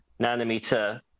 nanometer